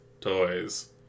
toys